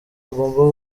agomba